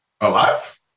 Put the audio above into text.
Alive